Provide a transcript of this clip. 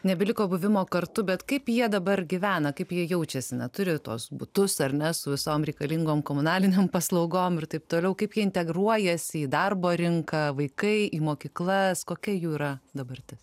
nebeliko buvimo kartu bet kaip jie dabar gyvena kaip jie jaučiasi na turi tuos butus ar ne su visom reikalingom komunalinėm paslaugom ir taip toliau kaip integruojasi į darbo rinką vaikai į mokyklas kokia jų yra dabartis